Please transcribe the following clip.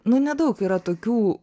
nu nedaug yra tokių